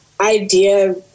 idea